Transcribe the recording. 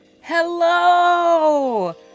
Hello